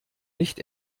nicht